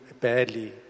badly